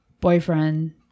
boyfriend